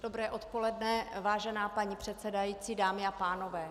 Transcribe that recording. Dobré odpoledne, vážená paní předsedající, dámy a pánové.